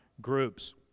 groups